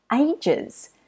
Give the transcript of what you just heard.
ages